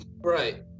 Right